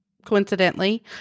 coincidentally